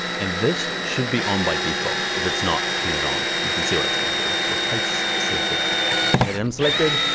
and this should be on by default. if it's not, turn it on. you can see what it's gonna do. replace selected item. heading um selected,